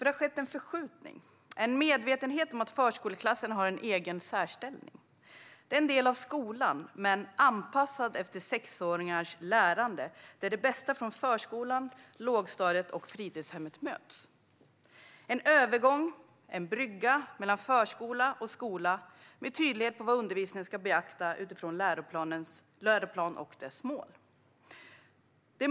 Det har skett en förskjutning, och det finns en medvetenhet om att förskoleklassen har en särställning. Förskoleklassen är en del av skolan men anpassad efter sexåringars lärande. Här möts det bästa från förskolan, lågstadiet och fritidshemmet. Det är en övergång, en brygga, mellan förskola och skola med tydlighet i vad undervisningen ska beakta utifrån läroplanen och dess mål.